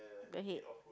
the head